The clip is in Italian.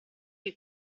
che